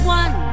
one